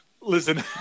Listen